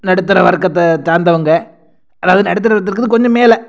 நடுத்தர வர்க்கத்தை சார்ந்தவங்க அதாவது நடுத்தர வர்க்கத்துக்கு கொஞ்சம் மேலே